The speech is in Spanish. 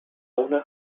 una